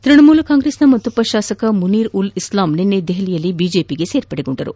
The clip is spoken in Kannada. ತ್ಬಣಮೂಲ ಕಾಂಗ್ರೆಸ್ನ ಮತ್ತೊಬ್ಬ ಶಾಸಕ ಮುನೀರ್ ಉಲ್ ಇಸ್ಲಾಂ ನಿನ್ನೆ ದೆಹಲಿಯಲ್ಲಿ ಬಿಜೆಪಿಗೆ ಸೇರ್ಪಡೆಯಾಗಿದ್ದಾರೆ